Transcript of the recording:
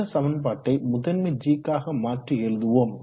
இந்த சமன்பாட்டை முதன்மை g க்காக மாற்றி எழுதுவோம்